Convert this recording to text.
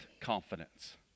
confidence